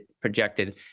projected